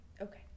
Okay